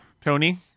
Tony